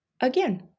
again